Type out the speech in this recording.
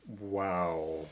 Wow